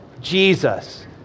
Jesus